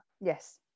yes